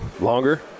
longer